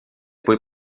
poi